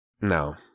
No